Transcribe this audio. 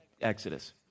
Exodus